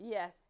Yes